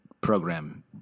program